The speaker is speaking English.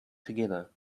together